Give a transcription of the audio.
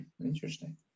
Interesting